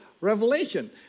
revelation